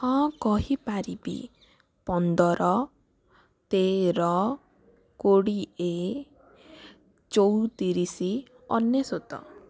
ହଁ କହିପାରିବି ପନ୍ଦର ତେର କୋଡ଼ିଏ ଚଉତିରିଶ ଅନେସୋତ